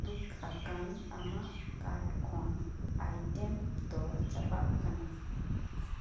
ᱫᱩᱠ ᱟᱠᱟᱱ ᱟᱢᱟᱜ ᱠᱟᱴ ᱠᱷᱚᱱ ᱟᱭᱴᱮᱢ ᱫᱚ ᱪᱟᱵᱟᱜ ᱠᱟᱱᱟ